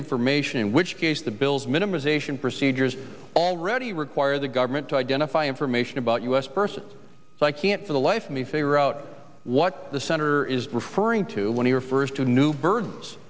information in which case the bill's minimization procedures already require the government to identify information about u s person so i can't for the life of me figure out what the senator is referring to when he refers to the new b